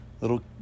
little